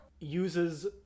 uses